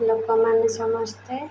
ଲୋକମାନେ ସମସ୍ତେ